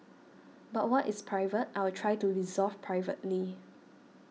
but what is private I will try to resolve privately